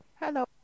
Hello